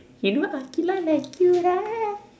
you know aqilah like you right